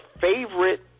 favorite